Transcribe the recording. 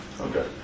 Okay